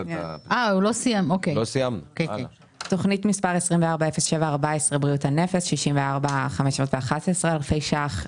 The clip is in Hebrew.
תכנית מס' 240714 לבריאות הנפש 64,511 אלפי ₪.